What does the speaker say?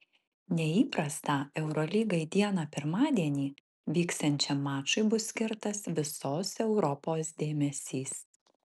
neįprastą eurolygai dieną pirmadienį vyksiančiam mačui bus skirtas visos europos dėmesys